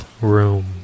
room